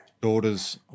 daughters